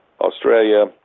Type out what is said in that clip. Australia